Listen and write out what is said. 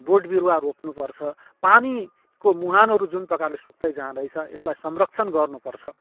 बोट बिरुवा रोप्नुपर्छ पानीको मुहानहरू जुन प्रकारले सुक्दै जाँदैछ यसलाई संरक्षण गर्नुपर्छ